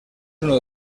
uno